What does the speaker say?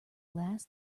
glass